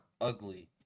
ugly